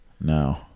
No